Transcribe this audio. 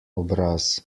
obraz